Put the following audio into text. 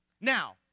Now